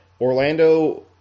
Orlando